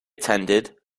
attended